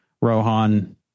Rohan